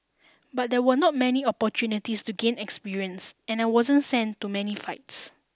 but there were not many opportunities to gain experience and I wasn't sent to many fights